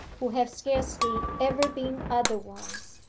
who have scarcely ever been otherwise.